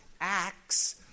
Acts